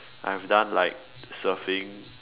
I have done like surfing